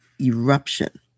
Eruption